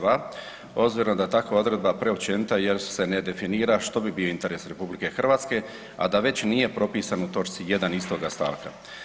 2 obzirom da takva odredba preopćenita jer se ne definira što bi bio interes RH, a da već nije propisan u točci 1. istoga stavka.